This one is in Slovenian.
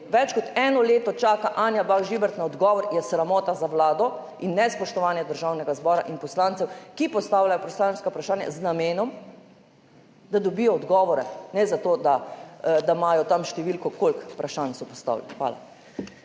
več kot eno leto čaka Anja Bah Žibert na odgovor, je sramota za Vlado in nespoštovanje Državnega zbora in poslancev, ki postavljajo poslanska vprašanja z namenom, da dobijo odgovore, ne zato da imajo tam številko, koliko vprašanj so postavili. Hvala.